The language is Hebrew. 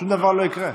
שום דבר לא יקרה.